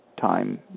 time